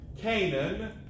Canaan